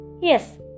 Yes